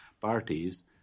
parties